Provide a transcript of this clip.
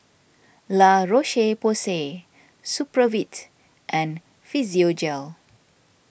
La Roche Porsay Supravit and Physiogel